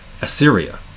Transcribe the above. Assyria